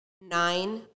nine